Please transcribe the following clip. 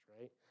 right